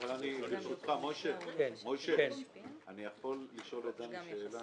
ברשותך, משה, אני יכול לשאול אותם שאלה?